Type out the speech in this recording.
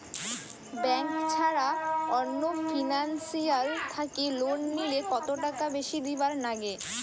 Bank ছাড়া অন্য financial থাকি লোন নিলে কতটাকা বেশি দিবার নাগে?